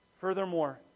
Furthermore